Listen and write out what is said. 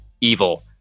Evil